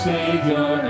Savior